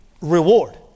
reward